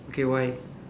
okay why